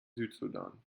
südsudan